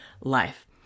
life